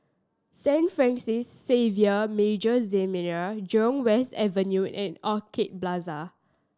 Saint Francis Xavier Major Seminary Jurong West Avenue and Orchid Plaza